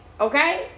Okay